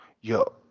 Yo